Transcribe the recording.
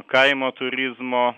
kaimo turizmo